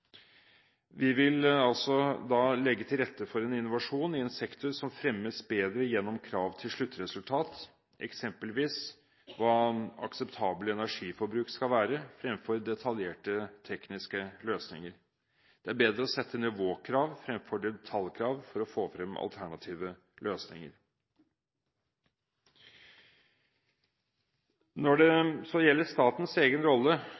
Vi vil altså legge til rette for innovasjon i en sektor som fremmes bedre gjennom krav til sluttresultat, eksempelvis hva akseptabel energiforbruk skal være, fremfor detaljerte tekniske løsninger. Det er bedre å sette nivåkrav fremfor detaljkrav for å få frem alternative løsninger. Når det så gjelder statens egen rolle